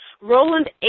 Roland